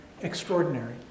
extraordinary